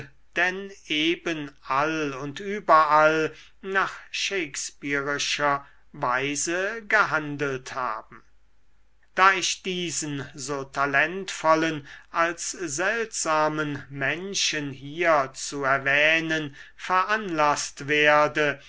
denn eben all und überall nach shakespearescher weise gehandelt haben da ich diesen so talentvollen als seltsamen menschen hier zu erwähnen veranlaßt werde